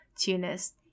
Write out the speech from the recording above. Tunis